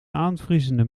aanvriezende